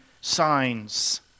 signs